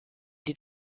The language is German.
die